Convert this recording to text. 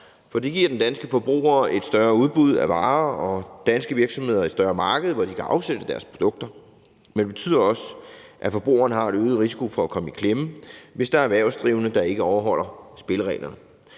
for det giver den danske forbruger et større udbud af varer og danske virksomheder et større marked, hvor de kan afsætte deres produkter; men det betyder også, at forbrugeren har en øget risiko for at komme i klemme, hvis der er erhvervsdrivende, der ikke overholder spillereglerne.